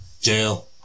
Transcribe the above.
Jail